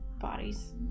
bodies